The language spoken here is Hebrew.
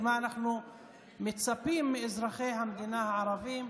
ומה אנחנו מצפים מאזרחי המדינה הערבים.